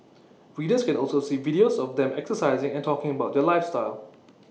readers can also see videos of the them exercising and talking about their lifestyle